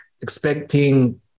expecting